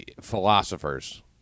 Philosophers